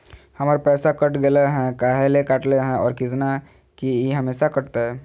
हमर पैसा कट गेलै हैं, काहे ले काटले है और कितना, की ई हमेसा कटतय?